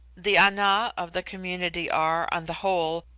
the ana of the community are, on the whole,